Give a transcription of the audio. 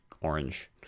orange